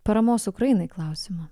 paramos ukrainai klausimu